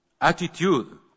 attitude